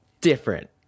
different